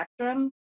spectrum